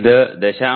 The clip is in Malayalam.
ഇത് 0